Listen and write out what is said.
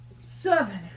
seven